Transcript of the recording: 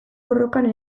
borrokan